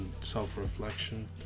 self-reflection